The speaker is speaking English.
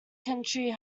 county